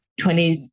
20s